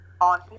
on